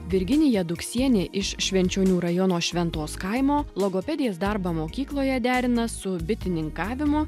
virginija duksienė iš švenčionių rajono šventos kaimo logopedės darbą mokykloje derina su bitininkavimu